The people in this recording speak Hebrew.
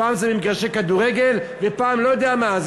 פעם זה במגרשי כדורגל ופעם לא יודע מה,